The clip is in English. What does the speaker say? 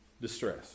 distress